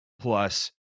plus